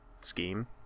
scheme